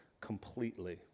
completely